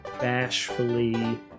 bashfully